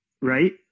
Right